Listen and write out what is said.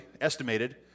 estimated